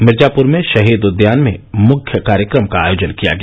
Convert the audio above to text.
मिर्जाप्र में ाहीद उद्यान में मुख्य कार्यक्रम का आयोजन किया गया